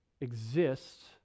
exists